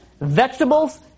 vegetables